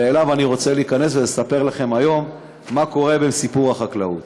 ואליו אני רוצה להיכנס ולספר לכם היום מה קורה בסיפור החקלאות.